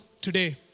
today